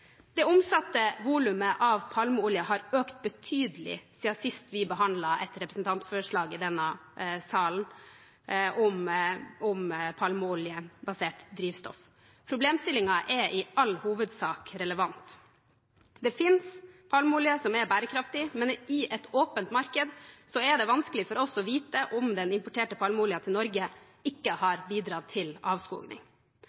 Det omsatte volumet av palmeolje har økt betydelig siden sist vi behandlet et representantforslag om palmeoljebasert drivstoff i denne salen. Problemstillingen er i all hovedsak relevant. Det finnes palmeolje som er bærekraftig, men i et åpent marked er det vanskelig for oss å vite om den importerte palmeoljen til Norge ikke